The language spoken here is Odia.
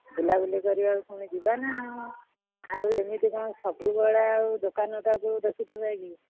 ବୁଲାବୁଲି କରିବାକୁ ପୁଣି ଯିବା ନା ଆଉ ଏମିତି କ'ଣ ସବୁବେଳେ ଆଉ ଦୋକାନଟାକୁ ଦେଖୁଥିବ କି